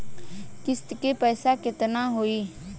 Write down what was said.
किस्त के पईसा केतना होई?